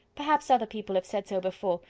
perhaps other people have said so before,